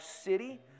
city